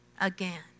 again